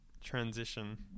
transition